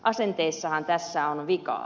asenteissahan tässä on vikaa